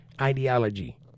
ideology